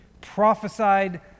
prophesied